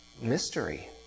mystery